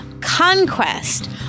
conquest